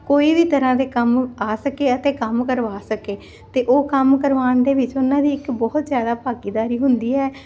ਕੋਈ ਵੀ ਤਰ੍ਹਾਂ ਦੇ ਕੰਮ ਆ ਸਕੇ ਅਤੇ ਕੰਮ ਕਰਵਾ ਸਕੇ ਤੇ ਉਹ ਕੰਮ ਕਰਵਾਉਣ ਦੇ ਵਿੱਚ ਉਹਨਾਂ ਦੀ ਇੱਕ ਬਹੁਤ ਜਿਆਦਾ ਭਾਗੀਦਾਰੀ ਹੁੰਦੀ ਹੈ